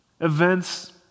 events